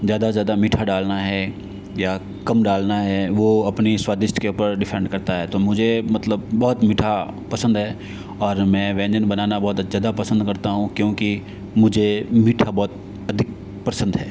ज़्यादा से ज़्यादा मीठा डालना है या कम डालना है वो अपनी स्वादिष्ट के ऊपर डिफ़ेंड करता है तो मुझे मतलब बहुत मीठा पसंद है और मैं व्यंजन बनाना बहुत ज़्यादा पसंद करता हूँ क्योंकि मुझे मीठा बहुत अधिक पसंद है